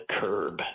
curb